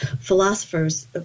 philosophers